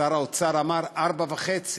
שר האוצר אמר 4.5,